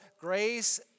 grace